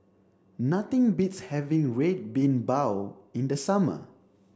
nothing beats having red bean bao in the summer